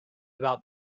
about